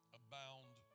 abound